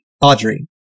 Audrey